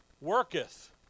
worketh